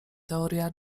teoria